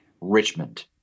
Richmond